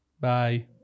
Bye